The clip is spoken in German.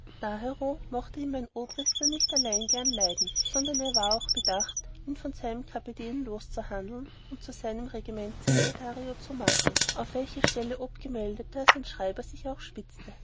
mochte ihn mein obrister nicht allein gerne leiden sondern er war auch bedacht ihn von seinem kapitän loszuhandeln und zu seinem regimentssecretario zu machen auf welche stelle obgemeldter sein schreiber sich auch spitzete